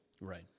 Right